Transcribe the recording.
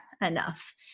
enough